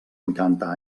vuitanta